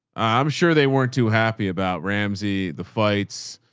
i'm sure they weren't too happy about ramsey. the fights,